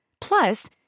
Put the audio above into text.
Plus